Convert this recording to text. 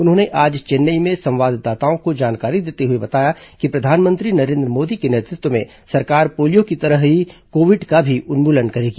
उन्होंने आज चेन्नई में संवाददाताओं को जानकारी देते हुए बताया कि प्रधानमंत्री नरेन्द्र मोदी को नेतृत्व में सरकार पोलियो की तरह ही कोविड का भी उन्मूलन करेगी